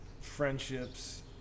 friendships